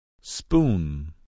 spoon